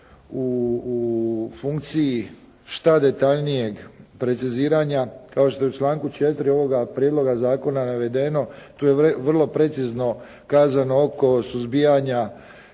u funkcije što detaljnijeg preciziranja, kao što je u članku 4. ovoga prijedloga zakona navedeno. Tu je vrlo precizno kazano oko suzbijanja